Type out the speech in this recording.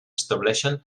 estableixen